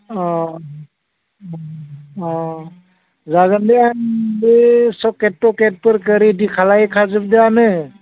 अह अह जागोन दे आं बे सकेट थकेटफोरखो रेदि खालायखाजोबबायानो